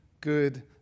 good